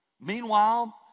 Meanwhile